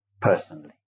personally